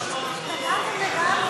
השתגעתם לגמרי.